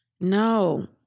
No